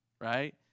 right